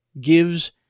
gives